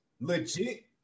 legit